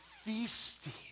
feasting